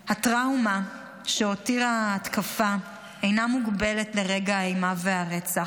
הטראומה שהותירה ההתקפה אינה מוגבלת לרגע האימה והרצח.